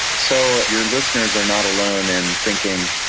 so your listeners are not alone in thinking,